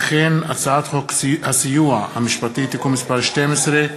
הצעת חוק הסיוע המשפטי (תיקון מס' 12),